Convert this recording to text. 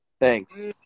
Thanks